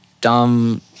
dumb